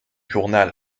journal